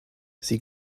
sie